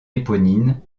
éponine